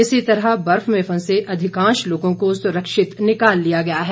इसी तरह बर्फ में फंसे अधिकांश लोगों को सुरक्षित निकाल लिया है